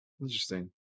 interesting